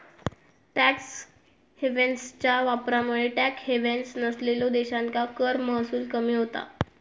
tax हेव्हन्सच्या वापरामुळे tax havens नसलेल्यो देशांका कर महसूल कमी होता